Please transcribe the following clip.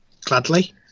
Gladly